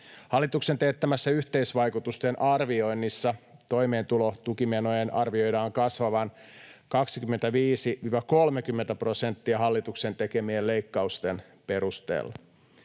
Hallituksen teettämässä yhteisvaikutusten arvioinnissa toimeentulotukimenojen arvioidaan kasvavan 25—30 prosenttia hallituksen tekemien leikkausten perusteella.